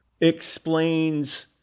explains